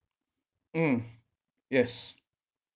mm yes